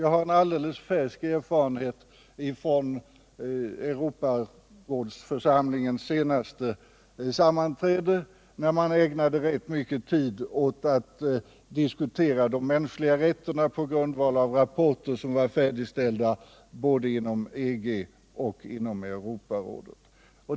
Jag har en alldeles färsk erfarenhet från Europarådsförsamlingens senaste sammanträde, där man i ett möte mellan EG-staterna och Europarådsstaterna ägnade rätt mycken tid åt att diskutera de mänskliga rättigheterna på grundval av rapporter som var färdigställda både inom EG och inom Europarådet.